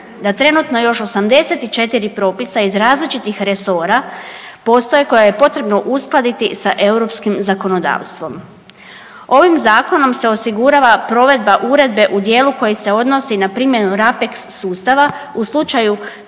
da trenutno još 84 propisa iz različitih resora postoje koje je potrebno uskladiti sa EU zakonodavstvom. Ovim Zakonom se osigurava provedba Uredbe u dijelu koji se odnosi na primjenu RAPEX sustava u slučaju